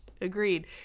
agreed